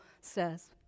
says